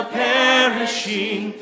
perishing